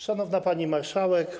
Szanowna Pani Marszałek!